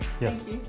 Yes